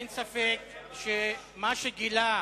אין ספק שמה שגילה